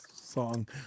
song